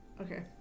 okay